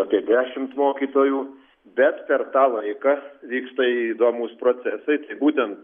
apie dešimt mokytojų bet per tą laiką vyksta įdomūs procesai tai būtent